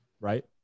right